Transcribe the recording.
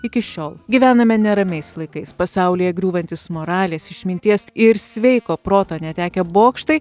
iki šiol gyvename neramiais laikais pasaulyje griūvantys moralės išminties ir sveiko proto netekę bokštai